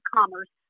Commerce